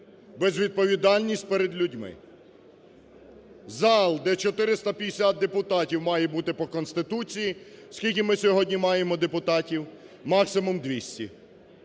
безвідповідальність перед людьми. Зал, де 450 депутатів має бути по Конституції. Скільки ми сьогодні маємо депутатів? Максимум 200.